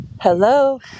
Hello